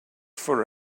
for